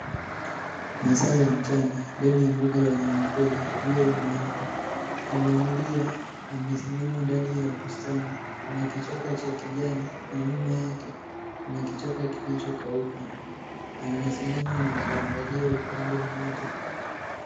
Masaa ya mchana ndani ya mbuga ya wanyamapori, jua limewaka. Pundamilia amesimama ndani ya bustani. Kuna kichaka cha kijani na nyuma yake kuna kichaka kilichokauka. Anasimama na kuangalia upande mmoja.